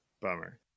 Bummer